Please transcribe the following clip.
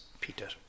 Peter